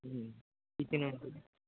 kitchen అటు